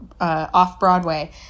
off-Broadway